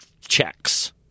checks